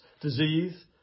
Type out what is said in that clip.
disease